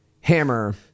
Hammer